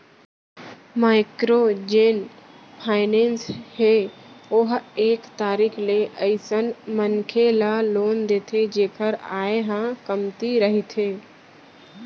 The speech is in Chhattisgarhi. माइक्रो जेन फाइनेंस हे ओहा एक तरीका ले अइसन मनखे ल लोन देथे जेखर आय ह कमती रहिथे